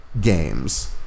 games